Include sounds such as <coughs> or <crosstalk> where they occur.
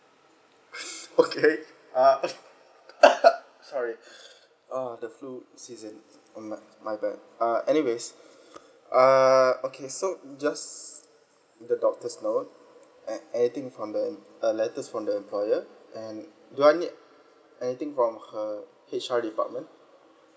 okay uh <coughs> sorry ah the flu season my my bad uh anyways uh okay so just the doctor's note anything from the uh letters from the employer and do I need anything from her H_R department